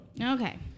Okay